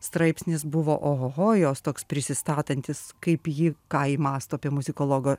straipsnis buvo o ho ho jos toks prisistatantis kaip ji ką ji mąsto apie muzikologo